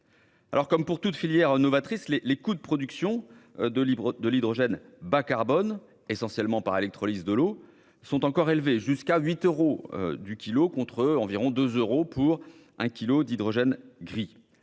? Comme pour toute filière novatrice, les coûts de production de l'hydrogène bas-carbone, essentiellement par électrolyse de l'eau, sont encore élevés- jusqu'à 8 euros le kilogramme contre environ 2 euros pour l'hydrogène gris.